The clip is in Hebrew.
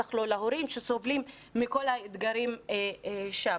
בטח לא להורים שסובלים מכל האתגרים שם.